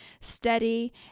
steady